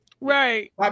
right